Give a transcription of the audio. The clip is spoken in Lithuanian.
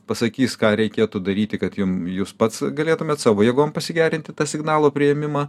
pasakys ką reikėtų daryti kad jum jūs pats galėtumėt savo jėgom pasigerinti tą signalo priėmimą